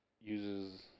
uses